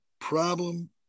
problem